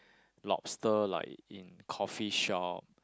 lobster like in coffee shop